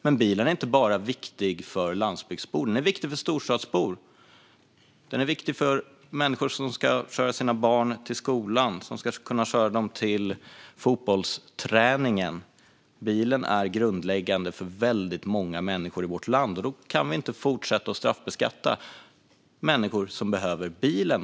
Men bilen är viktig inte bara för landsbygdsbor. Den är viktig för storstadsbor. Den är viktig för människor som ska köra sina barn till skolan, till fotbollsträningen. Bilen är grundläggande för väldigt många människor i vårt land, och då kan vi inte fortsätta straffbeskatta människor som behöver bilen.